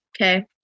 okay